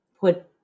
put